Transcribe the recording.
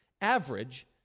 average